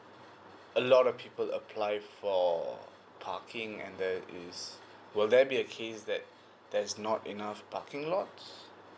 a lot of people apply for parking and there is will there be a case that there's not enough parking lot